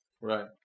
Right